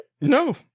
No